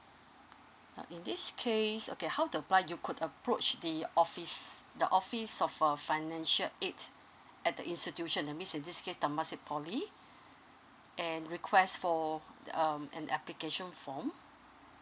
uh in this case okay how to apply you could approach the office the office of a financial aids at the institutional means in this case temasek poly and request for um an application form